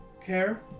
Care